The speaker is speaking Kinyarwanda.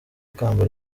ikamba